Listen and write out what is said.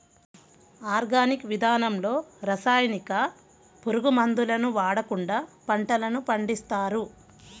organic విధానంలో రసాయనిక, పురుగు మందులను వాడకుండా పంటలను పండిస్తారు